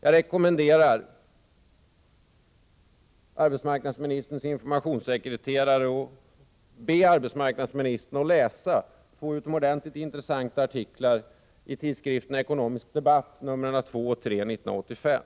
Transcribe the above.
Jag rekommenderar arbetsmarknadsministerns informationssekreterare att be arbetsmarknadsministern läsa två utomordentligt intressanta artiklar i tidskriften Ekonomisk Debatt nr 2 och 3 1985,